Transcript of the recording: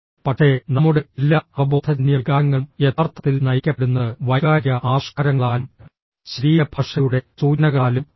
പക്ഷേ നമ്മുടെ എല്ലാ അവബോധജന്യ വികാരങ്ങളും യഥാർത്ഥത്തിൽ നയിക്കപ്പെടുന്നത് വൈകാരിക ആവിഷ്കാരങ്ങളാലും ശരീരഭാഷയുടെ സൂചനകളാലും ആണ്